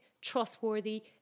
trustworthy